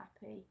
happy